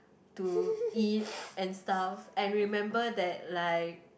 to eat and stuff and remember that like